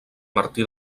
martí